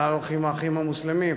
לאן הולכים "האחים המוסלמים",